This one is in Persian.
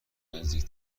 نزدیک